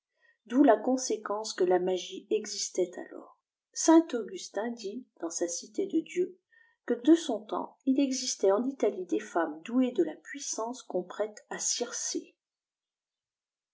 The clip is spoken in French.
d'où la conséqufnce que la magie existait alors saint augustin dit dans sa cité de dieu que de son temps il existait en italie des femmes douées de la puissance qu'on prête àcircé